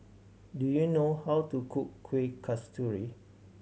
do you know how to cook Kueh Kasturi